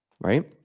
right